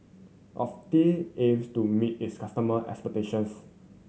Ocuvite aims to meet its customer expectations